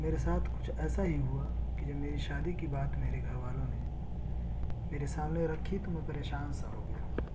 میرے ساتھ کچھ ایسا ہی ہوا کہ جب میری شادی کی بات میرے گھر والوں نے میرے سامنے رکھی تو میں پریشان سا ہو گیا